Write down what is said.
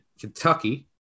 Kentucky